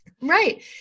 Right